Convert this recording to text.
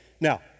Now